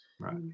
Right